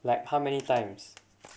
like how many times